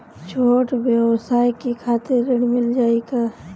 छोट ब्योसाय के खातिर ऋण मिल जाए का?